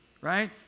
Right